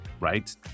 right